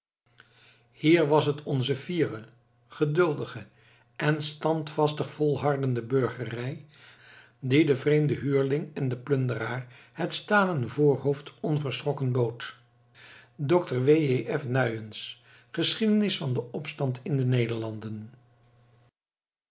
hier was het onze fiere geduldige en standvastig volhardende burgerij die den vreemden huurling en plunderaar het stalen voorhoofd onverschrokken bood dr w j f nuyens gesch vd opstand in de nederlanden